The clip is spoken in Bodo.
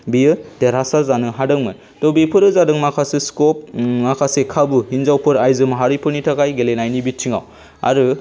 बियो देरहासार जानो हादोंमोन त' बेफोरो जादों माखासे स्क'प माखासे खाबु हिनजावफोर आइजो माहारिफोरनि थाखाय गेलेनायनि बिथिङाव आरो